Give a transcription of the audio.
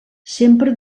sempre